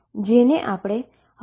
જેને આપણે હવે અર્થપૂર્ણ બનાવીએ